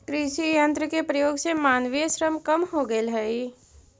कृषि यन्त्र के प्रयोग से मानवीय श्रम कम हो गेल हई